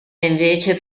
invece